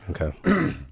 Okay